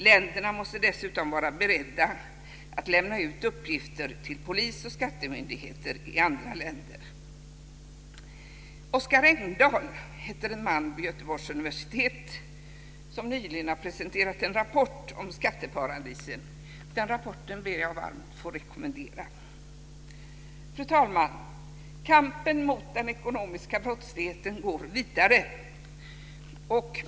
Länderna måste dessutom vara beredda att lämna ut uppgifter till polis och skattemyndigheter i andra länder. Oskar Engdahl heter en man vid Göteborgs universitet som nyligen har presenterat en rapport om skatteparadisen. Den rapporten ber jag att få varmt rekommendera. Fru talman! Kampen mot den ekonomiska brottsligheten går vidare.